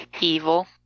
Evil